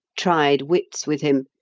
tried wits with him,